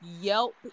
Yelp